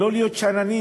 לא להיות שאננים,